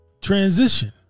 transition